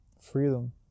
Freedom